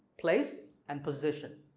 place and position.